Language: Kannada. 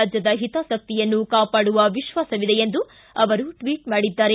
ರಾಜ್ಯದ ಹಿತಾಸಕ್ತಿಯನ್ನು ಕಾಪಾಡುವ ವಿಶ್ವಾಸವಿದೆ ಎಂದು ಟ್ವಿಟ್ ಮಾಡಿದ್ದಾರೆ